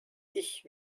ich